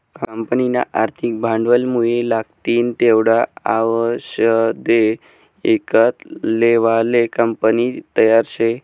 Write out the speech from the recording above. कंपनीना आर्थिक भांडवलमुये लागतीन तेवढा आवषदे ईकत लेवाले कंपनी तयार शे